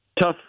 tough